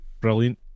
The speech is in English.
brilliant